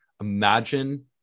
Imagine